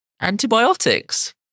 antibiotics